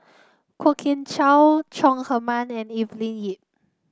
Kwok Kian Chow Chong Heman and Evelyn Lip